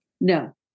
No